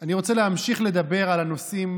אני רוצה להמשיך לדבר על הנושאים